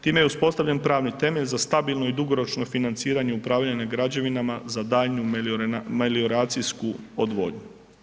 Time je uspostavljen pravni temelj za stabilno i dugoročno financiranje i upravljanje građevinama za daljnju melioracijsku odvodnju.